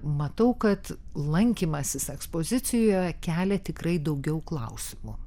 matau kad lankymasis ekspozicijoje kelia tikrai daugiau klausimų